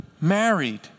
married